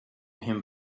him